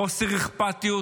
חוסר אכפתיות,